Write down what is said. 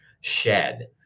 shed